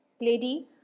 lady